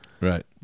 Right